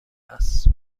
است